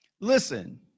Listen